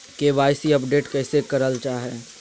KYC update कैसे करल जाहै?